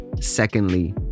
secondly